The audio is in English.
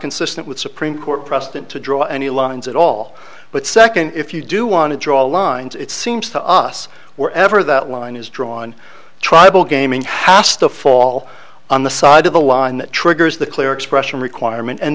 consistent with supreme court precedent to draw any lines at all but second if you do want to draw lines it seems to us wherever that line is drawn tribal gaming hasta fall on the side of the law and that triggers the clear expression requirement and